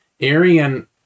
Arian